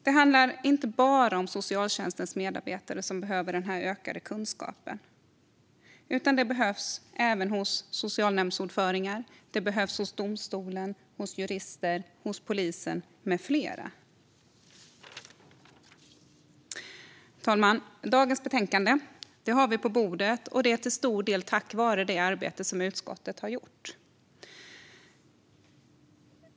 Det är inte bara socialtjänstens medarbetare som behöver den ökade kunskapen. Den behövs även hos socialnämndsordförande, hos domstolar, hos jurister, hos polisen med flera. Fru talman! Detta betänkande ligger på bordet till stor del tack vare det arbete som utskottet har gjort.